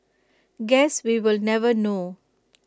guess we will never know